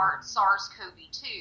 SARS-CoV-2